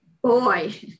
Boy